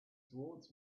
towards